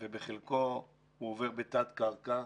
ובחלקו הוא עבור בתת קרקע,